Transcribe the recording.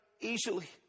easily